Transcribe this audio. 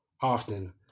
often